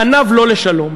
פניו לא לשלום.